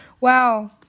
Wow